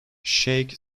shake